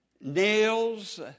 nails